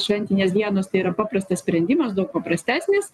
šventinės dienos tai yra paprastas sprendimas daug paprastesnis